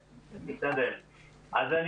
אני מודה לך,